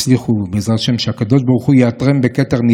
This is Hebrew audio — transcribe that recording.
יודע כמה פעמים דרשנו שהתהליך הזה כבר יתקיים בנתב"ג,